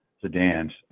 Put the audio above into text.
sedans